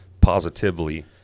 positively